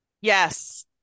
Yes